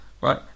right